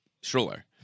stroller